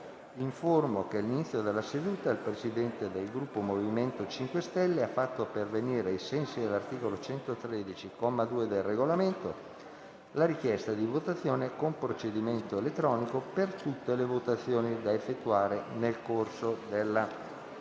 che all'inizio della seduta il Presidente del Gruppo MoVimento 5 Stelle ha fatto pervenire, ai sensi dell'articolo 113, comma 2, del Regolamento, la richiesta di votazione con procedimento elettronico per tutte le votazioni da effettuare nel corso della seduta.